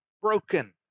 broken